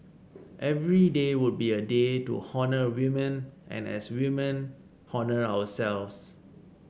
every day would be a day to honour women and as women honour ourselves